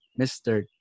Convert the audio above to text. mr